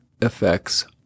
effects